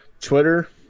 Twitter